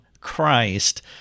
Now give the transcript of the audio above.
Christ